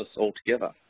altogether